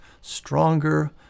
stronger